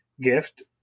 gift